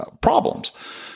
problems